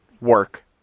work